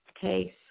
case